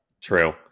true